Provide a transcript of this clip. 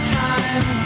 time